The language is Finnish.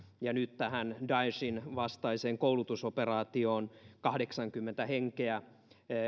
ja nyt tähän daeshin vastaiseen koulutusoperaatioon kahdeksankymmentä henkeä